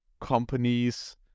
companies